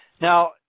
Now